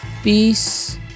Peace